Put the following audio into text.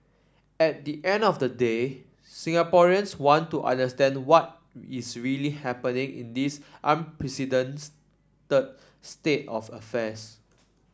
at the end of the day Singaporeans want to understand what is really happening in this state of affairs